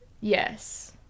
Yes